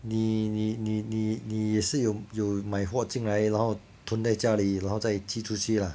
你你你你你也是有有有买货进来然后屯在家里然后再寄出去啦